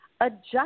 adjust